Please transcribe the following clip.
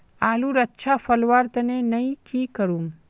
आलूर अच्छा फलवार तने नई की करूम?